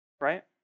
Right